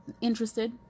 interested